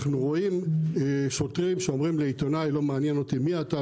אנחנו רואים שוטרים שאומרים לעיתונאי "לא מעניין אותי מי אתה"